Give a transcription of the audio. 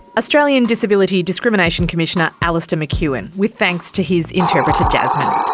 australian disability discrimination commissioner alastair mcewin, with thanks to his interpreter jasmin.